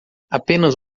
apenas